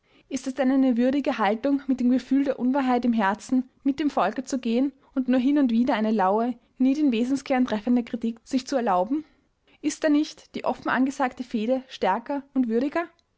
ist es denn eine würdige haltung mit dem gefühl der unwahrheit im herzen mit dem volke zu gehen und nur hin und wieder eine laue nie den wesenskern treffende kritik sich zu erlauben ist da nicht die offen angesagte fehde stärker und würdiger